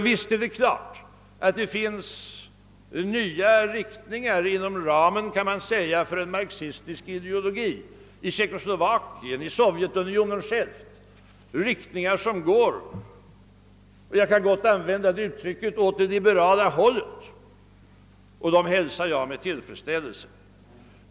Det är riktigt att det förekommer nya riktningar inom ramen för en marxistisk ideologi i Tjeckoslovakien och även i själva Sovjetunionen. Dessa riktningar går — jag kan gott använda uttrycket — åt det liberala hållet, och det hälsar jag med tillfredsställelse.